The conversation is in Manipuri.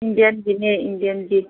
ꯏꯟꯗꯤꯌꯟꯒꯤꯅꯦ ꯏꯟꯗꯤꯌꯟꯒꯤ